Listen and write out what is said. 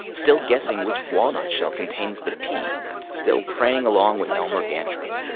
still guessing which walnut shell contains the pea still praying along with elmer gantry,